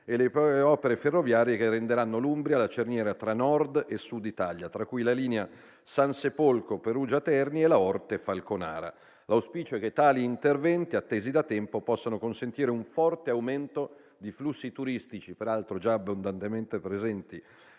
e le opere ferroviarie che renderanno l'Umbria la cerniera tra Nord e Sud Italia, tra cui la linea Sansepolcro-Perugia-Terni e la Orte-Falconara. L'auspicio è che tali interventi, attesi da tempo, possano consentire un forte aumento di flussi turistici, peraltro già abbondantemente presenti